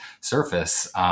surface